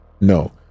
No